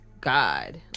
God